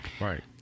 Right